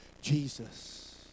Jesus